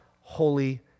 Holy